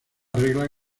regla